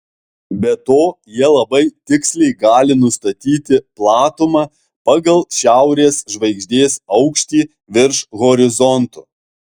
be to jie labai tiksliai gali nustatyti platumą pagal šiaurės žvaigždės aukštį virš horizonto